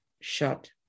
shut